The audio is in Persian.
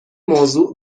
موضوع